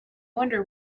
wonder